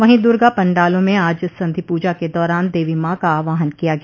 वहीं दुर्गा पंडालों में आज सन्धि पूजा के दौरान देवी मॉ का आवाहन किया गया